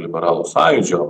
liberalų sąjūdžio